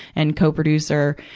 and co-producer.